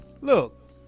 look